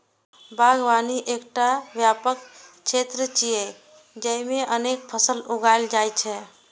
बागवानी एकटा व्यापक क्षेत्र छियै, जेइमे अनेक फसल उगायल जाइ छै